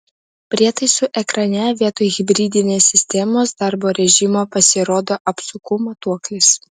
prietaisų ekrane vietoj hibridinės sistemos darbo režimo pasirodo apsukų matuoklis